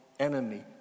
enemy